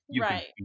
right